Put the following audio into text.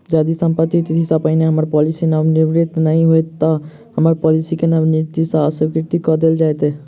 यदि समाप्ति तिथि सँ पहिने हम्मर पॉलिसी नवीनीकृत नहि होइत तऽ की हम्मर पॉलिसी केँ नवीनीकृत सँ अस्वीकृत कऽ देल जाइत?